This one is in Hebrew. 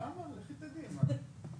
היא אמרה שיהיה דיון נוסף.